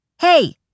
Hey